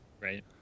Right